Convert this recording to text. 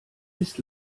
ist